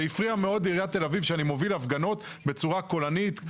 זה הפריע מאוד לעיריית תל-אביב שאני מוביל הפגנות בצורה קולנית,